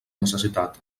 necessitat